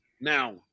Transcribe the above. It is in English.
now